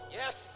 yes